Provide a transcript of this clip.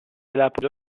appoggiò